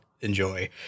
enjoy